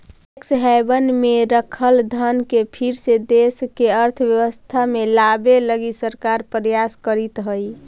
tax haven में रखल धन के फिर से देश के अर्थव्यवस्था में लावे लगी सरकार प्रयास करीतऽ हई